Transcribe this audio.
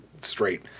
straight